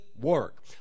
work